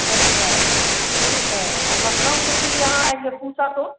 अच्छा ठीक है और लखनऊ से फिर यहाँ आएँगे पूसा तो